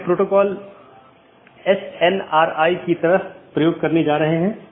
इसका मतलब है BGP कनेक्शन के लिए सभी संसाधनों को पुनःआवंटन किया जाता है